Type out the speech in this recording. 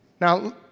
Now